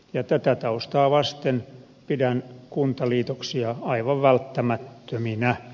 ja tätä taustaa vasten pidän kuntaliitoksia aivan välttämättöminä